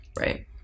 Right